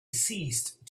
ceased